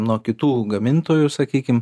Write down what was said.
nuo kitų gamintojų sakykim